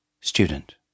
Student